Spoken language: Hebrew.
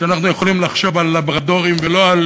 שאנחנו יכולים לחשוב על לברדורים ולא על